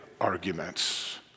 arguments